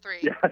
three